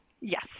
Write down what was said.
yes